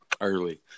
early